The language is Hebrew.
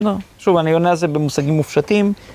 לא, שוב, אני עונה זה במושגים מופשטים.